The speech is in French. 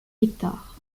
hectares